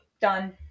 done